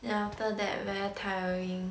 then after that very tiring